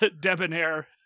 debonair